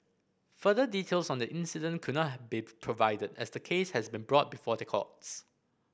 further details on the incident could not have be provided as the case has been brought before the courts